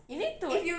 you need to